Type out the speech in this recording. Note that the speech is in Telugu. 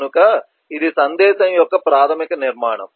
కనుక ఇది సందేశం యొక్క ప్రాథమిక నిర్మాణం